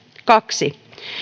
kaksi